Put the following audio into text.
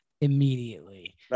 immediately